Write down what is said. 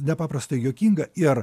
nepaprastai juokinga ir